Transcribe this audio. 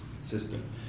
system